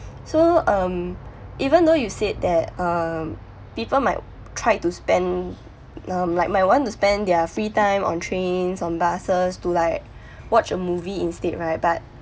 so um even though you said that um people might try to spend um like might want to spend their free time on trains on buses to like watch a movie instead right but